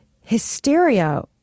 hysteria